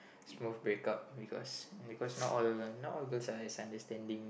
smooth break up because because not all not all girls are as understanding